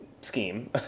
scheme